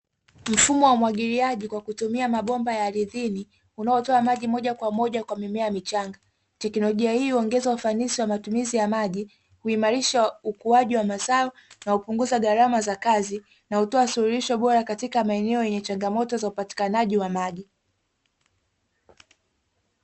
Mfumo wa umwagiliaji kwa kutumia mabomba ya ardhini unaotoa maji moja kwa moja kwa mimea michanga, teknolojia hii huongeza ufanisi wa matumizi ya maji huimarisha ukuaji wa mazao na hupunguza gharama za kazi na hutoa suluhisho bora katika maeneo yenye changamoto za upatikanaji wa maji.